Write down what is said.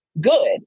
good